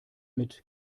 mit